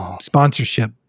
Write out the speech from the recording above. sponsorship